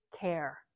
care